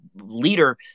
leader